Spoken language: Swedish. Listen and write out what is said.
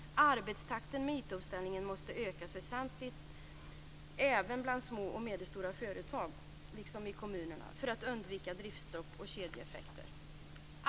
Arbetstakten med IT-omställningen måste ökas väsentligt bland små och medelstora företag liksom i kommunerna för att undvika driftstopp och kedjeeffekter.